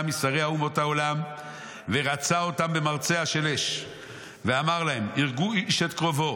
משרי אומות העולם ורצע אותם במרצע של אש ואמר להם הרגו איש את קרובו